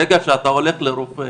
ברגע שאתה הולך לרופא,